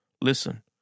Listen